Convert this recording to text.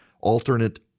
alternate